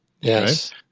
Yes